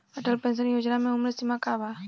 Atal pension योजना मे उम्र सीमा का बा?